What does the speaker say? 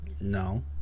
No